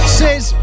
says